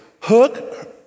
Hook